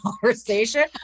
conversation